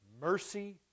mercy